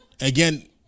Again